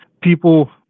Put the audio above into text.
people